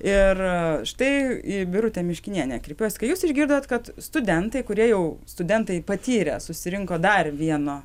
ir štai į birutę miškinienę kreipiuos kai jūs išgirdot kad studentai kurie jau studentai patyrę susirinko dar vieno